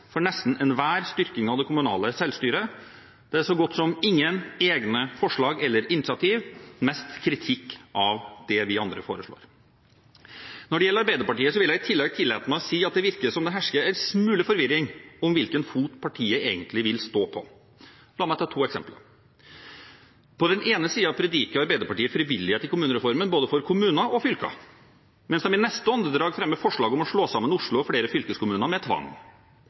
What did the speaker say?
for nesten enhver styrking av det kommunale selvstyret. De har så godt som ingen egne forslag eller initiativ – mest kritikk av det vi andre foreslår. Når det gjelder Arbeiderpartiet, vil jeg i tillegg tillate meg å si at det virker som det hersker en smule forvirring om hvilken fot partiet egentlig vil stå på. La meg ta to eksempler: På den ene siden prediker Arbeiderpartiet frivillighet i kommunereformen, både for kommuner og fylker, mens de i neste åndedrag fremmer forslag om å slå sammen Oslo og flere fylkeskommuner med tvang.